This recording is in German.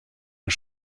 und